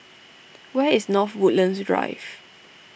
where is North Woodlands Drive